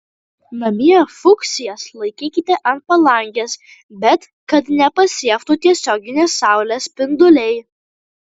namie fuksijas laikykite ant palangės bet kad nepasiektų tiesioginiai saulės spinduliai